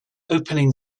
opening